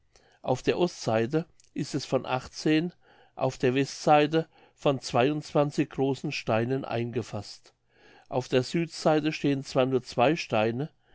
auf der ostseite ist es von achtzehn auf der westseite von zwei und zwanzig großen steinen eingefaßt auf der südseite stehen zwar nur zwei steine